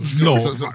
No